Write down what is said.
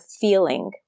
feeling